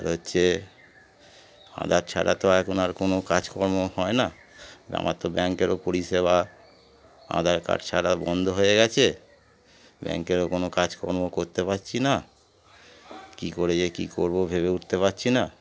আর হচ্ছে আধার ছাড়া তো এখন আর কোনো কাজকর্ম হয় না আমার তো ব্যাংকেরও পরিষেবা আধার কার্ড ছাড়া বন্ধ হয়ে গেছে ব্যাংকেরও কোনো কাজকর্ম করতে পারছি না কী করে যে কী করবো ভেবে উঠতে পারছি না